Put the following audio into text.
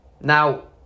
now